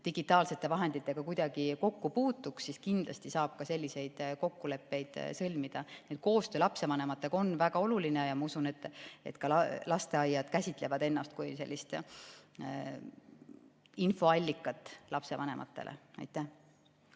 digitaalsete vahenditega kuidagi kokku puutuks, siis kindlasti saab ka selliseid kokkuleppeid sõlmida. Nii et koostöö lapsevanematega on väga oluline ja ma usun, et ka lasteaiad käsitavad ennast kui infoallikat lapsevanematele. Tarmo